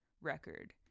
record